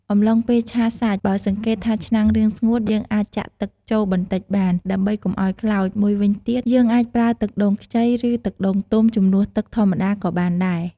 អំំឡុងពេលឆាសាច់ បើសង្កេតថាឆ្នាំងរាងស្ងួត យើងអាចចាក់ទឹកចូលបន្តិចបាន ដើម្បីកុំឱ្យខ្លោច មួយវិញទៀត យើងអាចប្រើទឹកដូងខ្ចី ឬ ទឹកដូងទុំជំនួសទឹកធម្មតាក៏បានដែរ។